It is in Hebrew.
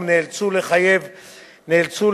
אדוני היושב-ראש,